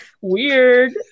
Weird